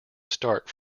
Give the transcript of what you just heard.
start